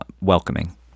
welcoming